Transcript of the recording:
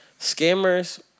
Scammers